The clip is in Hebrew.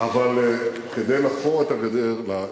אבל כדי לחפור את הגדר,